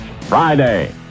Friday